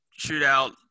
shootout